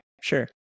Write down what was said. sure